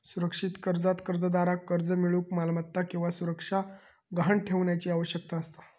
सुरक्षित कर्जात कर्जदाराक कर्ज मिळूक मालमत्ता किंवा सुरक्षा गहाण ठेवण्याची आवश्यकता असता